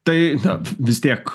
tai na vis tiek